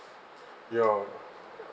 ya